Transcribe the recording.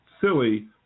silly